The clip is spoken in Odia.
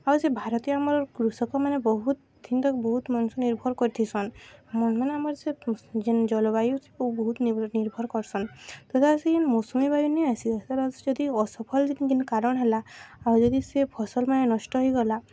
ଆଉ ସେ ଭାରତୀୟ ଆମର୍ କୃଷକମାନେ ବହୁତ୍ ଦିନ୍ ତକ୍ ବହୁତ ମଣିଷ୍ ନିର୍ଭର୍ କରିଥିସନ୍ ମାନେ ଆମର୍ ସେ ଯେନ୍ ଜଳବାୟୁ ବହୁତ୍ ନିର୍ଭର୍ କର୍ସନ୍ ତଥା ସେ ମୌସୁମୀ ବାୟୁ ନେଇ ଆଏସି କେଁ ତ ଯଦି ଅସଫଲ୍ ଯେନ୍ କାରଣ୍ ହେଲା ଆଉ ଯଦି ସେ ଫସଲ୍ମାନେ ନଷ୍ଟ ହେଇଗଲା